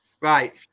Right